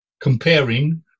comparing